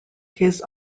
his